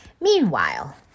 Meanwhile